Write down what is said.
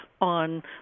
on